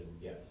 yes